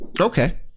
Okay